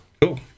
cool